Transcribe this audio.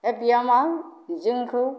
बे ब्यामा जोंखौ